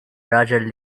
raġel